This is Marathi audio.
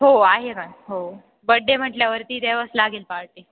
हो आहे ना हो बड्डे म्हटल्यावरती द्यावीच लागेल पार्टी